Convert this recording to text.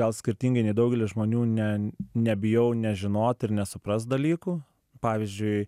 gal skirtingai nei daugelis žmonių ne nebijau nežinot ir nesuprast dalykų pavyzdžiui